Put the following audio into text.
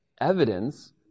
evidence